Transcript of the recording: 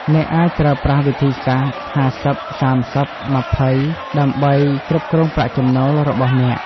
អ្នកអាចប្រើប្រាស់វិធីសាស្ត្រ ៥០/៣០/២០ ដើម្បីគ្រប់គ្រងប្រាក់ចំណូលរបស់អ្នក។